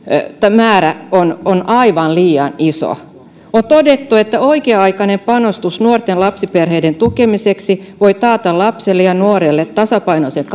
määrä on on aivan liian iso on todettu että oikea aikainen panostus nuorten ja lapsiperheiden tukemiseksi voi taata lapselle ja nuorelle tasapainoisen